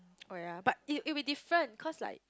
oh ya but it it'll be different cause like